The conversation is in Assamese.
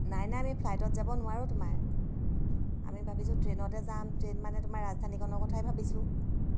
নাই নাই আমি ফ্লাইটত যাব নোৱাৰোঁ তোমাৰ আমি ভাবিছোঁ ট্ৰেইনতে যাম ট্ৰেইন মানে তোমাৰ ৰাজধানীখনৰ কথাই ভাবিছোঁ